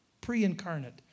pre-incarnate